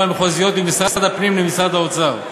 המחוזיות ממשרד הפנים למשרד האוצר.